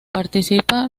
participa